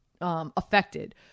affected